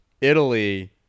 Italy